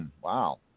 Wow